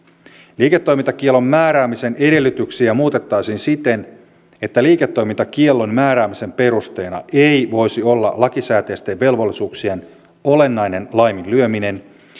liiketoimintakiellon määräämisen edellytyksiä muutettaisiin siten että liiketoimintakiellon määräämisen perusteena ei voisi olla lakisääteisten velvollisuuksien olennainen laiminlyöminen